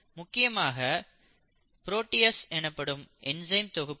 முக்கியமாக புரோடீசஸ் எனப்படும் என்சைம் தொகுப்புகள்